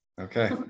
Okay